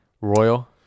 Royal